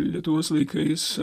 lietuvos laikais